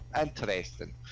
interesting